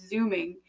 Zooming